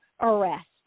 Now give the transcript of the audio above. arrest